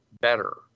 better